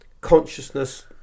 consciousness